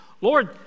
Lord